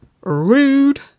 Rude